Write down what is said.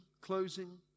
closing